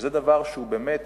וזה דבר שבאמת